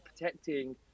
protecting